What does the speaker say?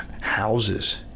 houses